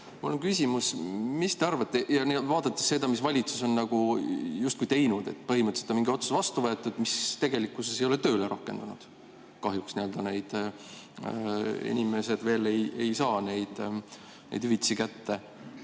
on küsimus: mis te arvate, vaadates seda, mis valitsus on justkui teinud? Põhimõtteliselt on mingi otsus vastu võetud, aga tegelikkuses ei ole see tööle rakendunud ja kahjuks inimesed veel ei saa neid hüvitisi kätte.